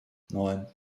neun